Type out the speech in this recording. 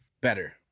better